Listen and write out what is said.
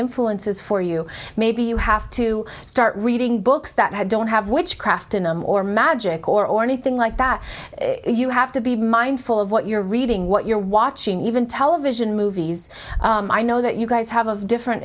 influences for you maybe you have to start reading books that have don't have witchcraft in them or magic or anything like that you have to be mindful of what you're reading what you're watching even television movies i know that you guys have of different